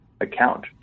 account